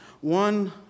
One